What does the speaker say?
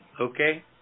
okay